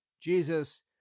Jesus